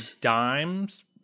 dime's